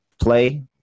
Play